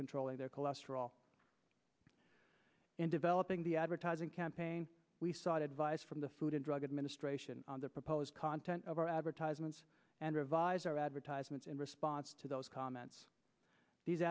controlling their cholesterol in developing the advertising campaign we sought advice from the food and drug administration on the proposed content of our advertisements and revised our advertisements in response to those comments these